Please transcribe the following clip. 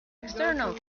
external